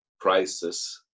prices